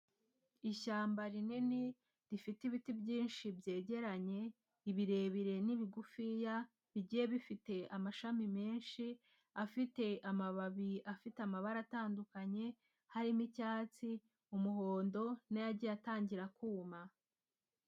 Ishyamba rinini rifite ibiti byinshi byegeranye, ibirebire n'ibigufiya bigiye bifite amashami menshi afite amababi afite amabara atandukanye, harimo icyatsi, umuhondo n'ayagiye atangira kuma.